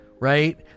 Right